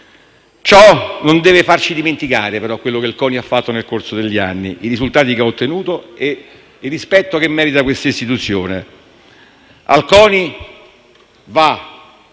Ciò non deve farci dimenticare, però, quello che il CONI ha fatto nel corso degli anni, i risultati che ha ottenuto e il rispetto che merita questa istituzione. Al CONI va